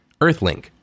Earthlink